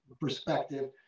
perspective